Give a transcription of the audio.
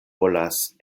volas